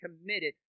committed